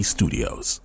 Studios